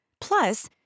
Plus